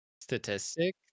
statistic